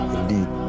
Indeed